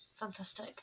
Fantastic